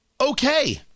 Okay